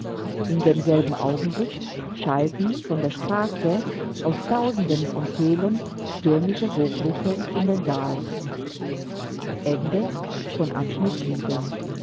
in demselben augenblick schallten von der straße aus tausenden von kehlen stürmische hochrufe in den saal